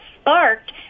sparked